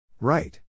Right